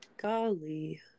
golly